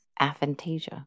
aphantasia